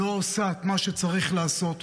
לא עושה את מה שצריך לעשות,